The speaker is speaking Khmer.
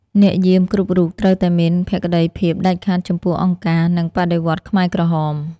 អ្នកយាមគ្រប់រូបត្រូវតែមានភក្តីភាពដាច់ខាតចំពោះអង្គការ និងបដិវត្តន៍ខ្មែរក្រហម។